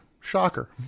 Shocker